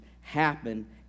happen